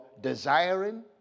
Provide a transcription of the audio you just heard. desiring